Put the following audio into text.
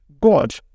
God